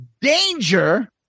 danger